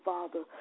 Father